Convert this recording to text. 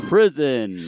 Prison